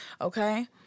okay